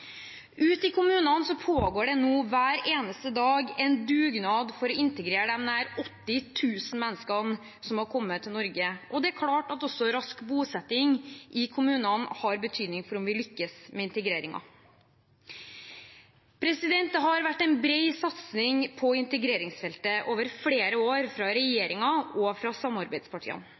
Ute i kommunene pågår det nå hver eneste dag en dugnad for å integrere de nær 80 000 menneskene som har kommet til Norge, og det er klart at rask bosetting i kommunene har betydning for om vi lykkes med integreringen. Det har vært en bred satsing på integreringsfeltet over flere år fra regjeringen og fra samarbeidspartiene.